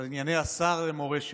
לענייני השר למורשת,